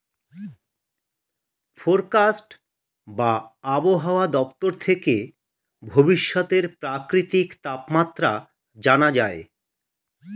forecast বা আবহাওয়া দপ্তর থেকে ভবিষ্যতের প্রাকৃতিক তাপমাত্রা জানা যায়